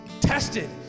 tested